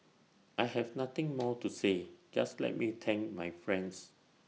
I have nothing more to say just let me thank my friends